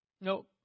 No